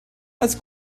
als